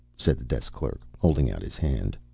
said the desk clerk, holding out his hand.